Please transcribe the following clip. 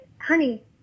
Honey